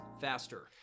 faster